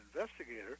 investigator